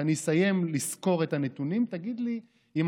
כשאני אסיים לסקור את הנתונים תגיד לי אם